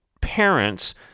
parents